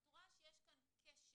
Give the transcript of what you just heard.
את רואה שיש כאן כשל,